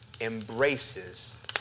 embraces